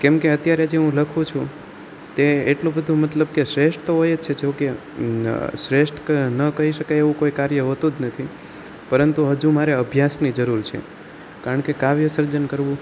કેમકે અત્યારે જે હું લખું છું તે એટલું બધું મતલબ કે શ્રેષ્ઠ તો હોય છે જોકે શ્રેષ્ઠ ન કહી શકાય એવું કોઈ કાર્ય હોતું જ નથી પરંતુ હજુ મારે અભ્યાસની જરૂર છે કારણ કે કાવ્ય સર્જન કરવું